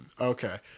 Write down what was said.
Okay